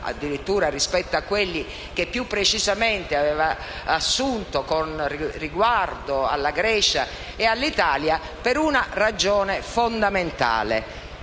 (addirittura rispetto a quelli che, più precisamente, aveva assunto con riguardo alla Grecia e all'Italia) per una ragione fondamentale.